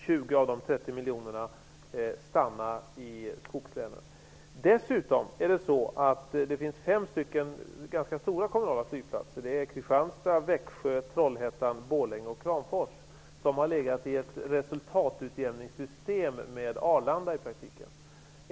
20 av de 30 miljonerna skall stanna i skogslänen. Dessutom finns det fem ganska stora kommunala flygplatser, nämligen Kristianstad, Växjö, Trollhättan, Borlänge och Kramfors, som i trafiken har legat i ett resultatutjämningssystem med Arlanda.